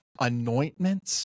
anointments